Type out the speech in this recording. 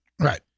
Right